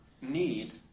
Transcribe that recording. need